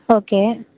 okay